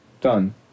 Done